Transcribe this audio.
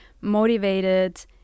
motivated